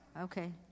okay